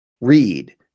Read